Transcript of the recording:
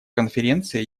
конференция